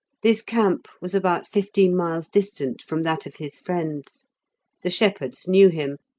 this camp was about fifteen miles distant from that of his friends the shepherds knew him,